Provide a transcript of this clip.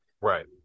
Right